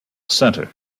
center